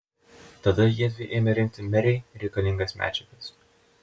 tada jiedvi ėmė rinkti merei reikalingas medžiagas